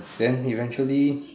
then eventually